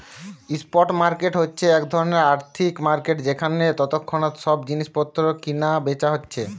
spot market হচ্ছে এক ধরণের আর্থিক মার্কেট যেখানে তৎক্ষণাৎ সব জিনিস পত্র কিনা বেচা হচ্ছে